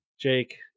Jake